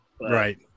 Right